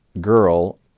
girl